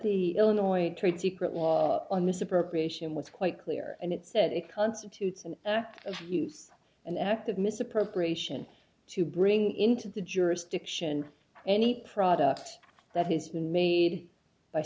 the illinois trade secret law on misappropriation was quite clear and it said it constitutes an act of abuse an act of misappropriation to bring into the jurisdiction any product that has been made by